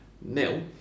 nil